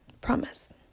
Promise